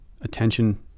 Attention